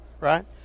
right